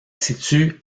situe